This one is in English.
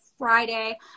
Friday